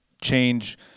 change